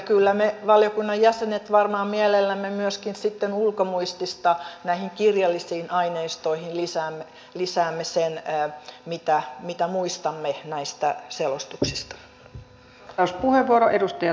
kyllä me valiokunnan jäsenet varmaan mielellämme myöskin ulkomuistista näihin kirjallisiin aineistoihin lisäämme sen mitä muistamme näistä selostuksista